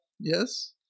Yes